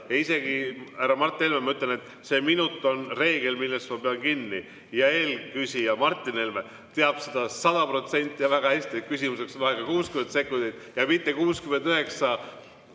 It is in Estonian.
seda. Härra Mart Helme, ma ütlen, et see minut on reegel, millest ma pean kinni. Ja eelküsija Martin Helme teab sada protsenti ja väga hästi seda, et küsimuseks on aega 60 sekundit, aga mitte 69